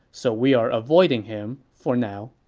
so we are avoiding him for now.